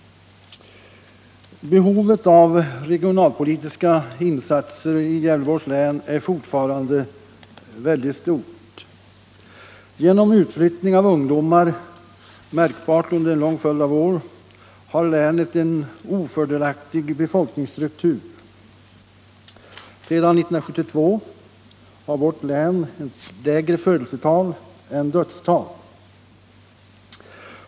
Behovet av regionalpolitiska insatser i Gävleborgs län är fortfarande mycket stort. Genom utflyttning av ungdomar, märkbar under en lång följd av år, har länet en ofördelaktig befolkningsstruktur. Sedan 1972 har vårt län ett lägre födelsetal än dödstal.